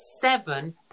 seven